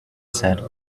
sad